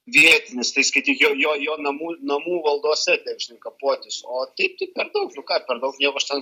vietinis tai skaityk jau jo jo namų namų valdose ten žinai kapotis o taip tai per daug nu ką per daug nieko aš ten